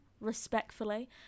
respectfully